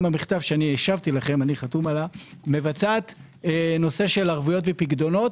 במכתב שהשבתי לכם אני חתום עליו מבצעת ערבויות ופיקדונות.